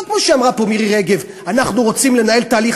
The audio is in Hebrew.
לא כמו שאמרה פה מירי רגב: אנחנו רוצים לנהל תהליך